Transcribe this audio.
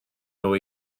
nhw